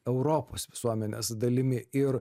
europos visuomenės dalimi ir